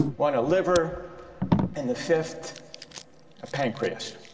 one a liver and the fifth a pancreas.